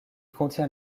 contient